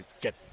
get